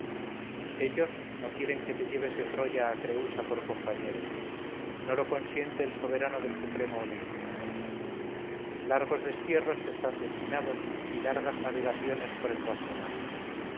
ellos no quieren que te lleves de troya a creúsa por compañera no lo consiente el soberano del supremo olimpo largos destierros te están destinados y largas navegaciones por el vasto mar